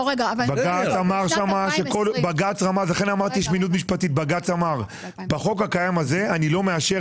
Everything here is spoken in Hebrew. בג"ץ אמר שבחוק הקיים הזה הוא לא מאשר